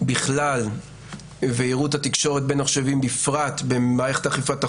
בכלל וירוט התקשורת בין מחשבים בפרט במערכת אכיפת החוק,